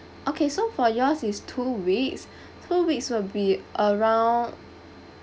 okay so for yours is two weeks two weeks will be around